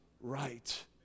right